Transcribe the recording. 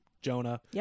jonah